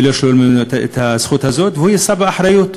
ולא לשלול ממנו את הזכות הזאת והוא יישא באחריות.